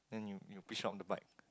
then you you push up the bike